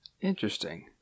Interesting